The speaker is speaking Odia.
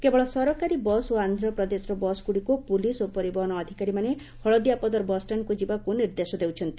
କେବଳ ସରକାରୀ ବସ୍ ଓ ଆନ୍ଧ୍ର ପ୍ରଦେଶର ବସ୍ଗୁଡ଼ିକୁ ପୁଲିସ ଓ ପରିବହନ ଅଧିକାରୀମାନେ ହଳଦିଆପଦର ବସ୍ଷାଶକୁ ଯିବାକୁ ନିର୍ଦ୍ଦେଶ ଦେଉଛନ୍ତି